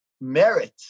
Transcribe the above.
merit